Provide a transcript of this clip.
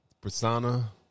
persona